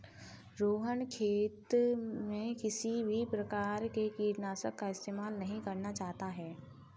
रोहण खेत में किसी भी प्रकार के कीटनाशी का इस्तेमाल नहीं करना चाहता है